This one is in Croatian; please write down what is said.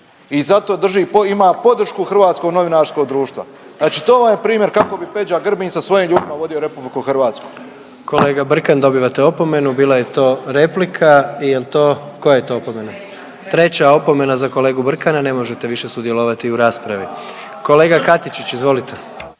drži, ima podršku Hrvatskog novinarskog društva. Znači to vam je primjer kako bi Peđa Grbin sa svojim ljudima vodio Republiku Hrvatsku. **Jandroković, Gordan (HDZ)** Kolega Brkan dobivate opomenu, bila je to replika. I jel' to, koja je to opomena? Treća opomena za kolegu Brkana. Ne može više sudjelovati u raspravi. Kolega Katičić, izvolite.